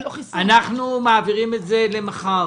אנחנו מעבירים את זה למחר.